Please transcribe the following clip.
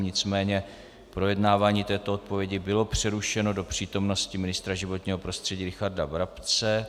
Nicméně projednávání této odpovědi bylo přerušeno do přítomnosti ministra životního prostředí Richarda Brabce.